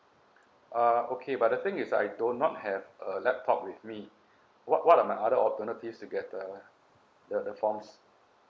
uh okay but the thing is I do not have a laptop with me what what are my other alternatives to get the the the forms